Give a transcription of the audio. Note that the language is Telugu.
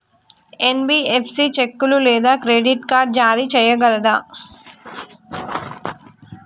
ఎన్.బి.ఎఫ్.సి చెక్కులు లేదా క్రెడిట్ కార్డ్ జారీ చేయగలదా?